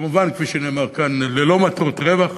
כמובן, כפי שנאמר כאן, ללא מטרות רווח.